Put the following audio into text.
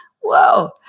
Whoa